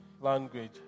language